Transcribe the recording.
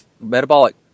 metabolic